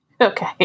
Okay